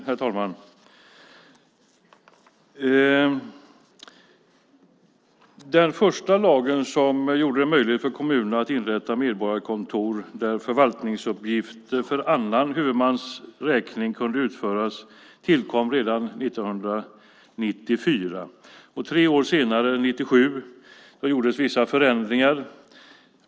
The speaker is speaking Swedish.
Herr talman! Den första lag som gjorde det möjligt för kommunerna att inrätta medborgarkontor där förvaltningsuppgifter för annan huvudmans räkning kunde utföras tillkom redan 1994. Tre år senare, 1997, gjordes vissa förändringar.